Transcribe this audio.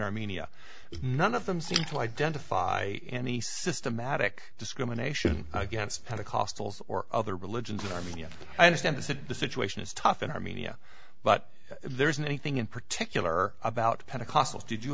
armenia none of them seem to identify any systematic discrimination against pentecostals or other religions in armenia i understand that the situation is tough in armenia but there isn't anything in particular about pentecostals did you